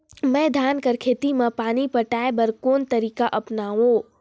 मैं धान कर खेती म पानी पटाय बर कोन तरीका अपनावो?